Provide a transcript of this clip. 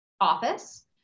office